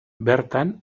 bertan